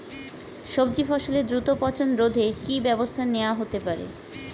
সবজি ফসলের দ্রুত পচন রোধে কি ব্যবস্থা নেয়া হতে পারে?